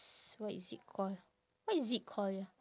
s~ what is it call what is it call ya